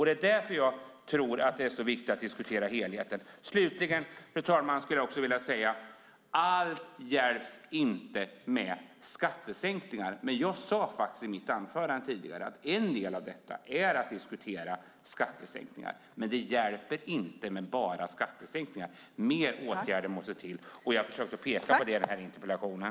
Det är därför jag tror att det är så viktigt att diskutera helheten. Slutligen, fru talman, skulle jag också vilja säga att allt inte hjälps med skattesänkningar. Ändå sade jag faktiskt i mitt anförande tidigare att en del i detta är att diskutera skattesänkningar. Men det hjälper inte med bara skattesänkningar. Fler åtgärder måste till, och jag försökte peka på det med den här interpellationen.